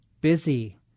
busy